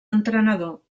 entrenador